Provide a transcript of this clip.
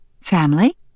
Family